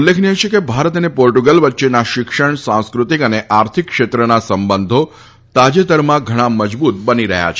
ઉલ્લેખનિય છે કે ભારત અને પોર્ટુગલ વચ્ચેના શિક્ષણ સાંસ્કૃતિક અને આર્થિક ક્ષેત્રના સંબંધો તાજેતરમાં ઘણા મજબુત બની રહ્યા છે